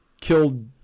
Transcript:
killed